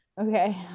Okay